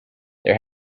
there